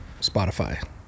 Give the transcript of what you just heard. Spotify